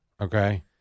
Okay